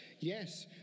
Yes